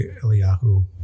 eliyahu